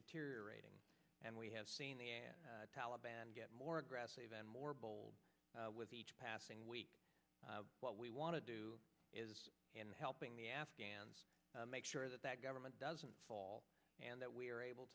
deteriorating and we have seen the taliban get more aggressive and more bold with each passing week what we want to do is helping the afghans make sure that that government doesn't fall and that we are able